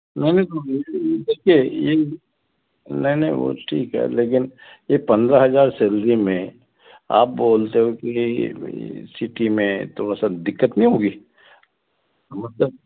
नहीं कोई देखिए ये नहीं नहीं वो ठीक है लेकिन ये पंद्रह हजार सैलरी में आप बोलते हो कि सिटी में तो सर दिक्कत नहीं होगी मतलब